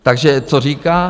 Takže co říká?